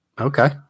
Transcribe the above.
okay